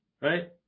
right